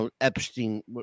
Epstein